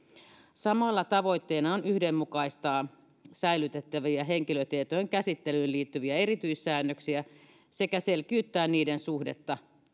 samalla tavoitteena on yhdenmukaistaa säilytettävien henkilötietojen käsittelyyn liittyviä erityssäännöksiä sekä selkiyttää niiden suhdetta